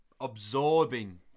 absorbing